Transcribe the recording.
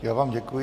Já vám děkuji.